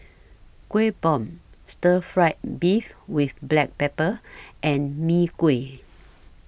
Kueh Bom Stir Fried Beef with Black Pepper and Mee Kuah